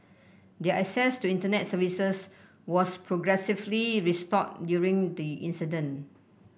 their access to Internet services was progressively restored during the incident